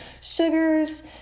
sugars